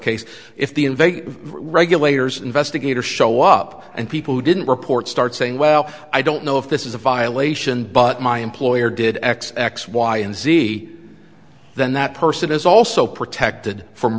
case if the invader regulators investigator show up and people who didn't report start saying well i don't know if this is a violation but my employer did x x y and z then that person is also protected from